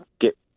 get